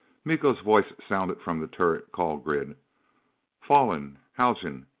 miko's voice sounded from the turret call grid falling! haljan,